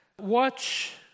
watch